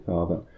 Father